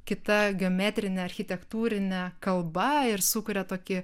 kita geometrine architektūrine kalba ir sukuria tokį